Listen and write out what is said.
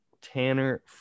tanner